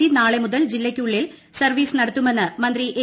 C നാളെ മുതൽ ജില്ലകൾക്കുള്ളിൽ സർവ്വീസ് നടത്തുമെന്ന് മന്ത്രി ഏ